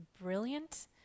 brilliant